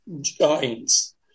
giants